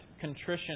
contrition